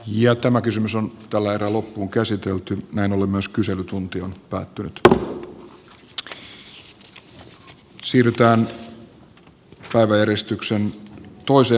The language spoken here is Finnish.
ja tämä kysymys on tällä erää loppuunkäsitelty näin että myös sitten vakuutukset olisivat kunnossa